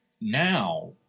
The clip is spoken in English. now